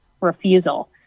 refusal